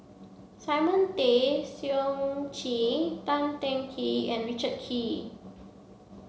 Simon Tay Seong Chee Tan Teng Kee and Richard Kee